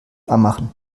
anmachen